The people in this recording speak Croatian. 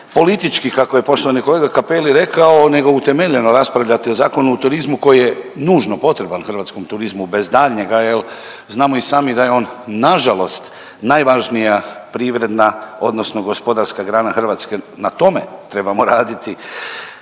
političkih kako je poštovani kolega Cappelli rekao nego utemeljeno raspravljati o Zakonu o turizmu koji je nužno potreban hrvatskom turizmu bez daljnjega jel znamo i sami da je on nažalost najvažnija privredna odnosno gospodarska grana Hrvatske, na tome trebamo raditi.